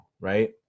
right